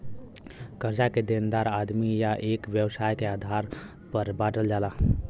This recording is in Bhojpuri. कर्जा के देनदार आदमी या एक व्यवसाय के आधार पर बांटल जाला